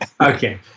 okay